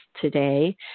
today